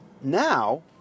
now